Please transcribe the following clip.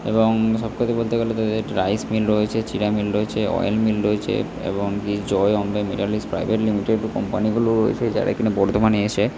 এবং সব কথা বলতে গেলে তাদের রাইস মিল রয়েছে চিঁড়া মিল রয়েছে অয়েল মিল রয়েছে এবং জয় প্রাইভেট লিমিটেড কোম্পানিগুলোও এসে যারা কি না বর্ধমানে এসে